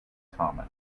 common